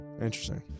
Interesting